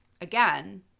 again